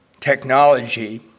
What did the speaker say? Technology